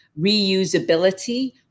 reusability